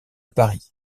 paris